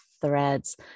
threads